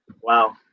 Wow